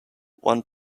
one